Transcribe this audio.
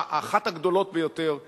אחת הגדולות ביותר בעולם?